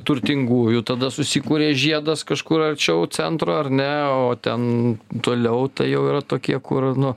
turtingųjų tada susikuria žiedas kažkur arčiau centro ar ne o ten toliau tai jau yra tokie kur nu